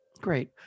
Great